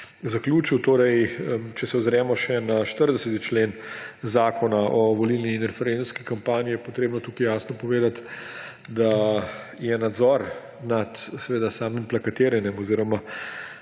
zaključil. Če se ozremo še na 40. člen Zakona o volilni in referendumski kampanji, je potrebno tukaj jasno povedati, da je nadzor nad samim plakatiranjem oziroma